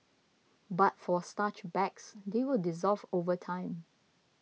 but for starch bags they will dissolve over time